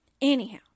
anyhow